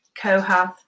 Kohath